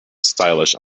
stylish